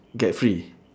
get free